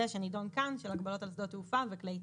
שנידון כאן של הגבלות על שדות תעופה וכלי טיס.